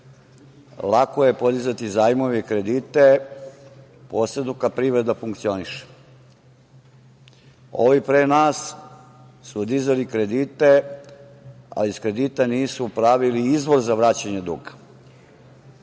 Lako je podizati zajmove i kredite posebno kada privreda funkcioniše. Ovi pre nas su dizali kredite, a iz kredita nisu pravili izvoz za vraćanje duga.